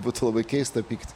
būtų labai keista pykti